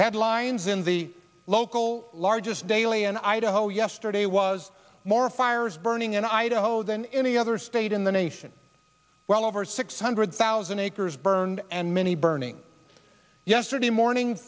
headlines in the local largest daily in idaho yesterday was more fires burning in idaho than any other state in the nation well over six hundred thousand acres burned and many burning yesterday morning